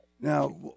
Now